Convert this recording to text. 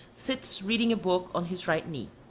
sits reading a book on his right knee.